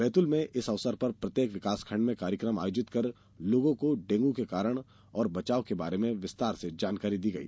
बैतूल में इस अवसर पर प्रत्येक विकास खण्ड में कार्यक्रम आयोजित कर लोगों को डेंगू के कारण और बचाव के बारे में विस्तार से जानकारी दी गई